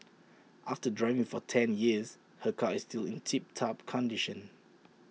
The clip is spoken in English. after driving for ten years her car is still in tip top condition